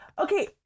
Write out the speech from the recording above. Okay